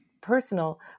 personal